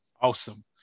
Awesome